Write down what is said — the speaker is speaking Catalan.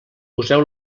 poseu